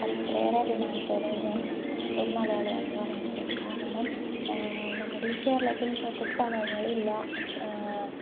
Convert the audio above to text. അത്രയേറെ അഭിമാനത്തോടെയാണ് ഞാൻ ഒരു മലയാളിയാണെന്ന് പറയുന്നത് കാരണം നമ്മുടെ കേരളത്തിൽ ഇല്ലാത്ത സ്ഥലങ്ങൾ ഇല്ല